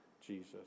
Jesus